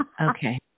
okay